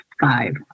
five